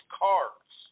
cards